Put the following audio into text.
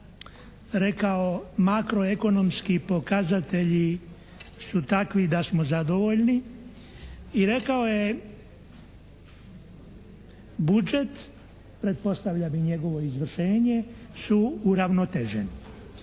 rekao makro-ekonomski pokazatelji su takvi da smo zadovoljni i rekao je budžet pretpostavljam i njegovo izvršenje su uravnoteženi.